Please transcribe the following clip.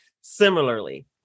similarly